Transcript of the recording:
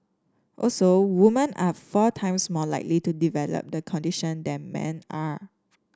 also woman are four times more likely to develop the condition than man are